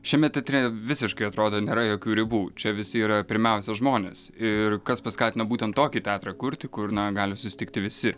šiame teatre visiškai atrodo nėra jokių ribų čia visi yra pirmiausia žmonės ir kas paskatino būtent tokį teatrą kurti kur na gali susitikti visi